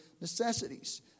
necessities